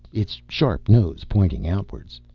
its sharp nose pointing outwards.